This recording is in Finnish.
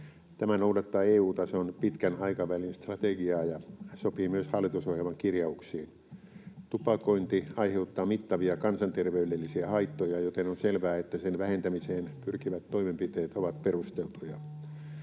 Tämä noudattaa EU-tason pitkän aikavälin strategiaa ja sopii myös hallitusohjelman kirjauksiin. Tupakointi aiheuttaa mittavia kansanterveydellisiä haittoja, joten on selvää, että sen vähentämiseen pyrkivät toimenpiteet ovat perusteltuja.